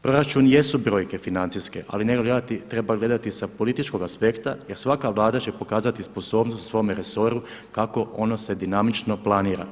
Proračun jesu brojke financijske ali treba gledati sa političkog aspekta jer svaka Vlada će pokazati sposobnost u svome resoru kako ono se dinamično planira.